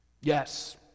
Yes